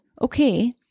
okay